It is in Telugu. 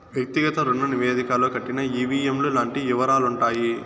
వ్యక్తిగత రుణ నివేదికలో కట్టిన ఈ.వీ.ఎం లు లాంటి యివరాలుంటాయి